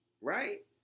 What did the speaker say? Right